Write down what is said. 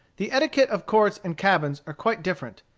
the etiquette of courts and cabins are quite different.